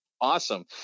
Awesome